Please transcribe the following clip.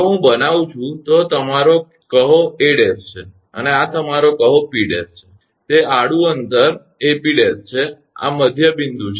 જો હું બનાવું છું તો આ તમારો કહો 𝐴′ છે અને આ તમારો કહો 𝑃′ છે તે આડૂં અંતર 𝐴𝑃′ છે આ મધ્ય બિંદુ છે